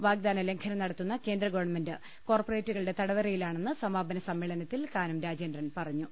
വാഗ്ദാന ലംഘനം നട ത്തുന്ന കേന്ദ്ര ഗവൺമെന്റ് കോർപ്പറേറ്റുകളുടെ തടവറയിലാണെന്ന് സമാപന സമ്മേളനത്തിൽ കാനം രാജേന്ദ്രൻ പറഞ്ഞു